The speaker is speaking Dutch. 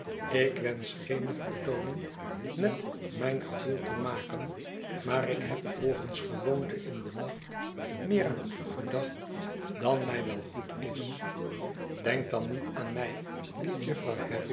ik wensch geene vertooning met mijn gevoel te maken maar ikheb volgens gewoonte in den nacht meer aan u gedacht dan mij wel goed is denk dan niet aan mij het jufvrouw